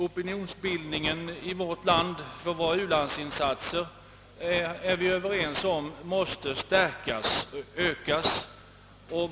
Opinionsbildningen i vårt land för våra u-landsinsatser måste starkt ökas, det är vi överens om.